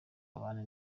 babane